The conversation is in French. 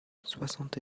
soixante